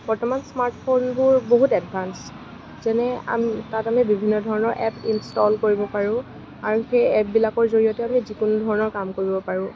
বৰ্তমান স্মাৰ্টফোনবোৰ বহুত এডভানচ যেনে তাত আমি বিভিন্ন ধৰণৰ এপ ইনষ্টল কৰিব পাৰোঁ আৰু সেই এপবিলাকৰ জৰিয়তে আমি যিকোনো ধৰণৰ কাম কৰিব পাৰোঁ